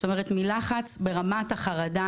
זאת אומרת מלחץ ברמת החרדה.